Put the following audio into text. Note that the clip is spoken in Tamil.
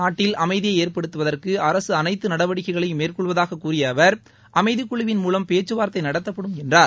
நாட்டில் அமைதியை ஏற்படுத்தவதற்கு அரசு அனைத்து நடவடிக்கைகளையும் மேற்கொள்வதாகக் கூறிய அவர் அமைதிக்குழுவின் மூலம் பேச்சுவார்த்தை நடத்தப்படும் என்றார்